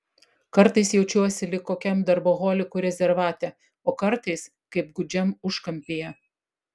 kartais jaučiuosi lyg kokiam darboholikų rezervate o kartais kaip gūdžiam užkampyje